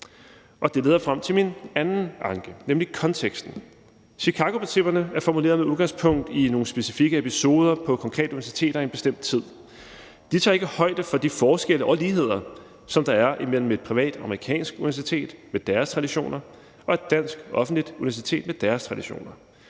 Det leder frem til min anden anke, nemlig konteksten. Chicagoprincipperne er formuleret med udgangspunkt i nogle specifikke episoder på konkrete universiteter i en bestemt tid. De tager ikke højde for de forskelle og ligheder, som der er imellem et privat amerikansk universitet med deres traditioner og et dansk offentligt universitet med deres traditioner.